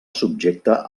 subjecta